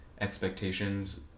expectations